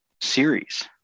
series